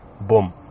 boom